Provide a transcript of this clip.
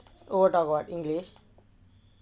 over tamil english